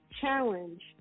challenge